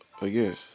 Again